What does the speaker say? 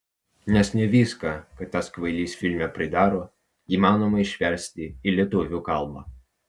nes ne viską ką tas kvailys filme pridaro įmanoma išversti į lietuvių kalbą